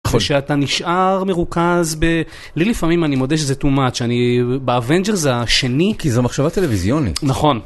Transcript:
ושאתה נשאר מרוכז ב... לי לפעמים, אני מודה שזה טו מאץ', אני באוונג'ר זה השני כי זו מחשבה טלוויזיונית. נכון